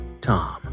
Tom